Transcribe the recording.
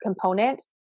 component